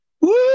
Woo